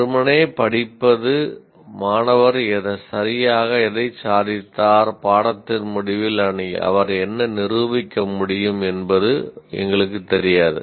வெறுமனே படிப்பது மாணவர் சரியாக எதைச் சாதித்தார் பாடத்தின் முடிவில் அவர் என்ன நிரூபிக்க முடியும் என்பது எங்களுக்குத் தெரியாது